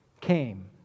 came